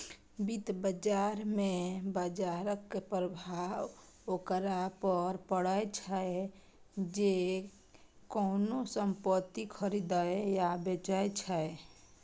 वित्त बाजार मे बाजरक प्रभाव ओकरा पर पड़ै छै, जे कोनो संपत्ति खरीदै या बेचै छै